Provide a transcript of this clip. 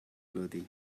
clothing